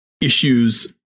issues